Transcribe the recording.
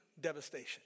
devastation